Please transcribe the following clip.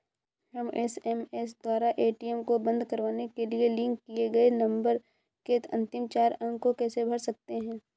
हम एस.एम.एस द्वारा ए.टी.एम को बंद करवाने के लिए लिंक किए गए नंबर के अंतिम चार अंक को कैसे भर सकते हैं?